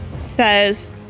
says